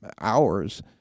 hours